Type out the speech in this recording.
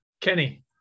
Kenny